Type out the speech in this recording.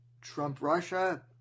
Trump-Russia